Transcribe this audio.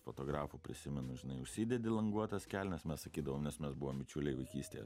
fotografu prisimenu žinai užsidedi languotas kelnes mes sakydavom nes mes buvom bičiuliai vaikystėje